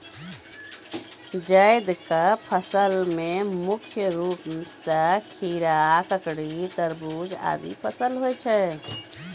जैद क फसल मे मुख्य रूप सें खीरा, ककड़ी, तरबूज आदि फसल होय छै